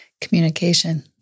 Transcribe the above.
Communication